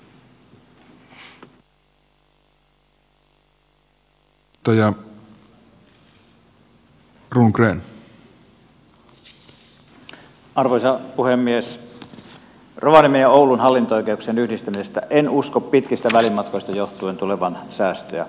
rovaniemen ja oulun hallinto oikeuksien yhdistymisestä en usko pitkistä välimatkoista johtuen tulevan säästöä